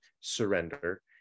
surrender